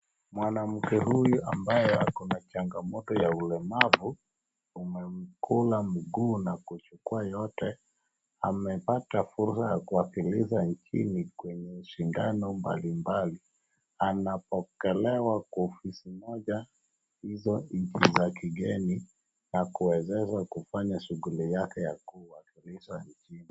Mwanake huyu ambaye ako na changamoto ya ulemavu umemkula mguu na kuchukua yote amefanya fursa ya kuwakilisha nchini kwenye shindano mbali mbali anapokelewa kwa ofisi moja hizo nchi za kigeni na kuwezeshwa kufanya shughuli yaake ya kuwakilisha nchini.